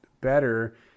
better